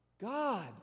God